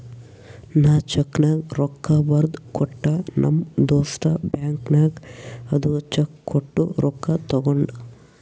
ನಾ ಚೆಕ್ನಾಗ್ ರೊಕ್ಕಾ ಬರ್ದು ಕೊಟ್ಟ ನಮ್ ದೋಸ್ತ ಬ್ಯಾಂಕ್ ನಾಗ್ ಅದು ಚೆಕ್ ಕೊಟ್ಟು ರೊಕ್ಕಾ ತಗೊಂಡ್